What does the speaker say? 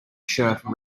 shirt